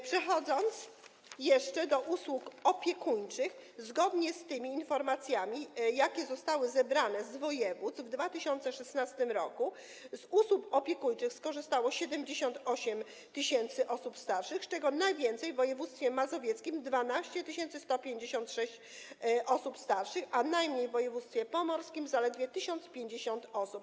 Przechodząc jeszcze do usług opiekuńczych - zgodnie z tymi informacjami, jakie zostały zebrane z województw, w 2016 r. z usług opiekuńczych skorzystało 78 tys. osób starszych, z czego najwięcej w województwie mazowieckim - 12 156 osób starszych, a najmniej w województwie pomorskim - zaledwie 1050 osób.